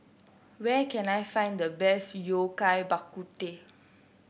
where can I find the best Yao Cai Bak Kut Teh